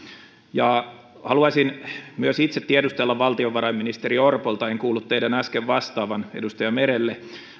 haluaisin myös itse tiedustella valtiovarainministeri orpolta en kuullut teidän äsken vastaavan edustaja merelle